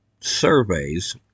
surveys